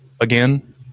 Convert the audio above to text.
again